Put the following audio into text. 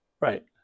Right